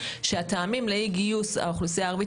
שהטעמים לאי גיוס האוכלוסייה הערבית